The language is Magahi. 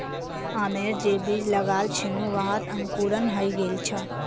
आमेर जे बीज लगाल छिनु वहात अंकुरण हइ गेल छ